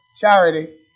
charity